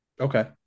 Okay